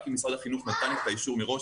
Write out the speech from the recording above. אם משרד החינוך נתן את האישור מראש,